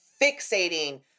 fixating